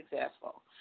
successful